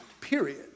period